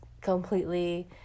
completely